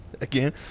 again